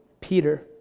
Peter